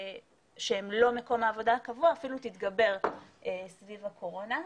שהם לא מקום העבודה הקבוע אפילו תתגבר סביב הקורונה.